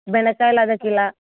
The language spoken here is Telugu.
బెండకాయలు అర్ధ కిలో